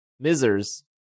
misers